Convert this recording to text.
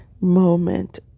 moment